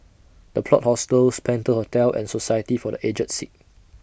The Plot Hostels Penta Hotel and Society For The Aged Sick